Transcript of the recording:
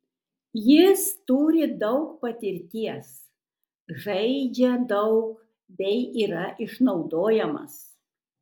jis turi daug patirties žaidžia daug bei yra išnaudojamas